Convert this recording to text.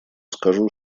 скажу